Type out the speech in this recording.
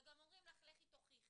וגם אומרים לך לכי תוכיחי.